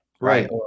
right